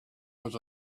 was